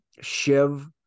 Shiv